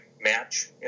match